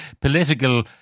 political